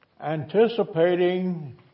anticipating